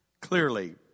clearly